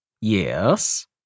Yes